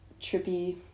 trippy